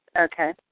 Okay